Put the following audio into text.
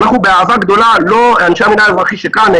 ואנחנו באהבה גדולה אנשי המינהל האזרחי שכאן,